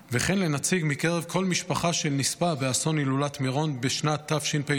וכן לנציג מקרב כל משפחה של נספה באסון הילולת מירון בשנת תשפ"א,